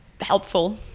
helpful